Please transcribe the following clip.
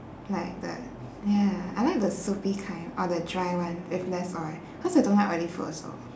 like the ya I like the soupy kind or the dry one with less oil cause I don't like oily food also